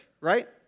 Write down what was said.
right